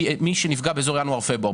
היא מי שנפגע באזור ינואר-פברואר.